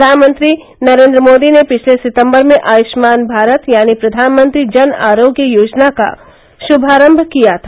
प्रधानमंत्री नरेन्द्र मोदी ने पिछले सितम्बर में आयुष्मान भारत यानी प्रधानमंत्री जन आरोग्य योजना का शुभारम किया था